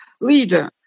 leader